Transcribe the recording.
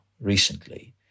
recently